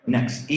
Next